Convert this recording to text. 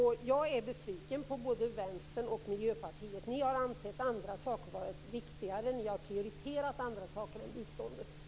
Jag är besviken på både Vänstern och Miljöpartiet. Ni har ansett att andra saker har varit viktigare. Ni har prioriterat andra saker än biståndet.